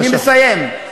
אני מסיים.